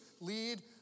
lead